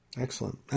Excellent